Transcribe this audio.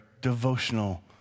devotional